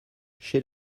chez